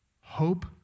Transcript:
hope